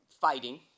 fighting